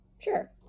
sure